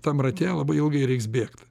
tam rate labai ilgai reiks bėgt